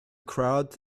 crowd